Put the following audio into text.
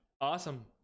awesome